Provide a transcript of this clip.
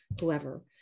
whoever